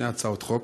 שתי הצעות חוק: